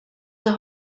der